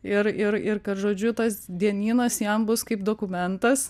ir ir ir kad žodžiu tas dienynas jam bus kaip dokumentas